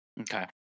Okay